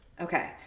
okay